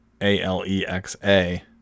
A-L-E-X-A